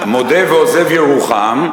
מודה ועוזב ירוחם,